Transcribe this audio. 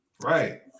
Right